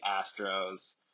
Astros